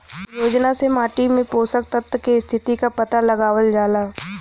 योजना से माटी में पोषक तत्व के स्थिति क पता लगावल जाला